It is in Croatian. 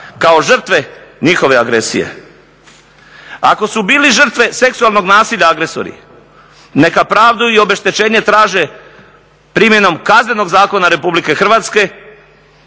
kao žrtve njihove agresije. Ako su bili žrtve seksualnog nasilja agresori neka pravdu i obeštećenje traže primjenom Kaznenog zakona Republike Hrvatske